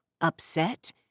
upset